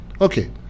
Okay